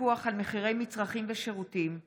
חוק פיקוח על מחירי מצרכים ושירותים (תיקון,